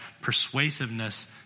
persuasiveness